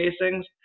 casings